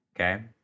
Okay